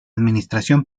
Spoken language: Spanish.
administración